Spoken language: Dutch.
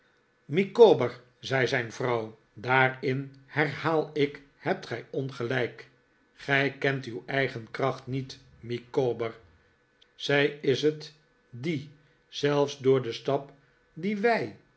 micawber zei zijn vrouw daarin herhaal ik hebt gij ongelijk gij kent uw eigen kracht niet micawber zij is het die zelfs door den stap dien wij